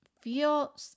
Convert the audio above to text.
feel